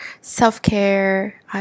self-care